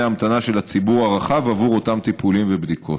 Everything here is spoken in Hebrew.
ההמתנה של הציבור הרחב עבור אותם טיפולים ובדיקות.